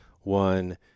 One